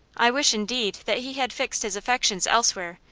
i wish, indeed, that he had fixed his affections elsewhere,